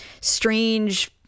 strange